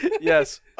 Yes